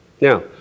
now